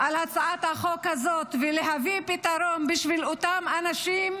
על הצעת החוק הזאת ולהביא פתרון בשביל אותם אנשים